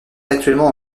actuellement